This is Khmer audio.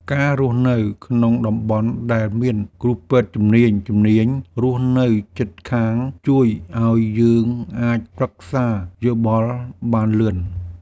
ការរស់នៅក្នុងតំបន់ដែលមានគ្រូពេទ្យជំនាញៗរស់នៅជិតខាងជួយឱ្យយើងអាចប្រឹក្សាយោបល់បានលឿន។